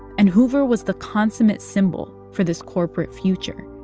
and hoover was the consummate symbol for this corporate future.